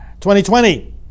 2020